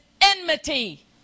enmity